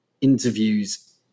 interviews